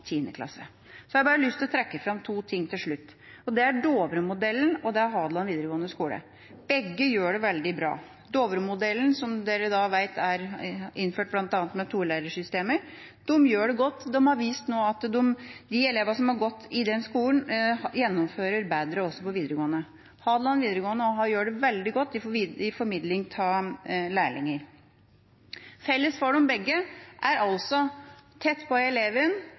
tiende klasse. Jeg har lyst til å trekke fram to ting til slutt. Det er Dovre-modellen, og det er Hadeland videregående skole. Begge gjør det veldig bra. Dovre-modellen er, som alle her vet, innført med bl.a. tolærersystemer. De gjør det godt. De har vist at elevene som har gått i den skolen, gjennomfører bedre også på videregående. Hadeland videregående gjør det også veldig godt i formidling av lærlinger. Felles for dem er «tett på eleven»